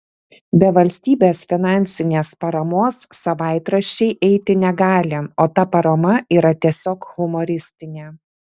be valstybės finansinės paramos savaitraščiai eiti negali o ta parama yra tiesiog humoristinė